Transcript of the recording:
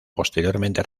posteriormente